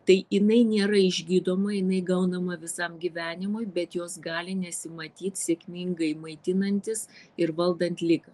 tai jinai nėra išgydoma jinai gaunama visam gyvenimui bet jos gali nesimatyt sėkmingai maitinantis ir valdant ligą